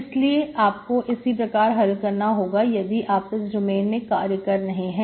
इसलिए आपको इसी प्रकार हल करना होगा यदि आप इस डोमेन में कार्य कर रहे हैं